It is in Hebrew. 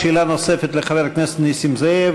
שאלה נוספת לחבר הכנסת נסים זאב,